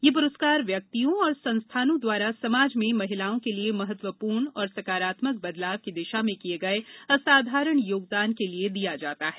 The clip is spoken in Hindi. यह प्रस्कार व्यक्तियों और संस्थानों द्वारा समाज में महिलाओं के लिए महत्वपूर्ण और सकारात्मक बदलाव की दिशा में किए गए असाधारण योगदान के लिए दिया जाता है